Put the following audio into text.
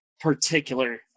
particular